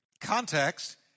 context